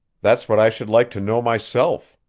that's what i should like to know myself,